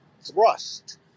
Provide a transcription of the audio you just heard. thrust